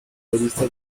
revista